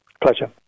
Pleasure